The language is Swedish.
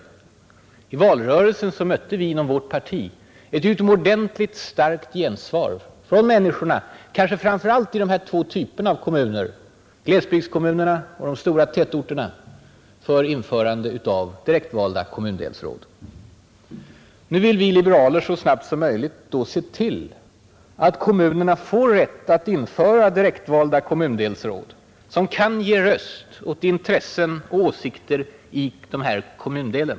Under valrörelsen mötte vi inom vårt parti ett utomordentligt starkt gensvar från människorna — kanske framför allt i dessa två typer av kommuner, glesbygdskommunerna och de stora tätorterna — för införande av direktvalda kommundelsråd. Nu vill vi liberaler så snabbt som möjligt se till att kommunerna får rätt att införa direktvalda kommundelsråd, som kan ge röst åt intressen och åsikter i respektive kommundel.